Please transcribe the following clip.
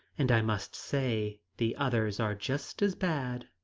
and i must say the others are just as bad.